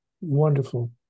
wonderful